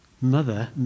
mother